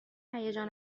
هیجان